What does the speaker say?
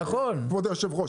כבוד יושב הראש.